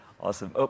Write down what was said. Awesome